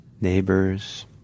neighbors